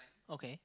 okay